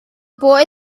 boy